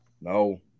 No